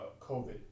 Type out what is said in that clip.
covid